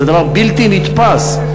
זה דבר בלתי נתפס.